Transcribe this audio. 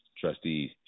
trustees